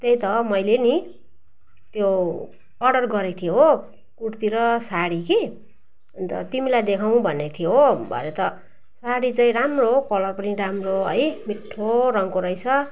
त्यही त मैले नि त्यो अर्डर गरेको थिएँ हो कुर्ती र साडी कि अन्त तिमीलाई देखाउँ भनेको थिएँ हो भरे त साडी चाहिँ राम्रो कलर पनि राम्रो है मिठो रङ्गको रहेछ